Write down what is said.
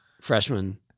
freshman